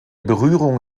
berührung